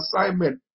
assignment